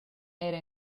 era